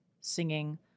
singing